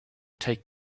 take